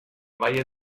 valle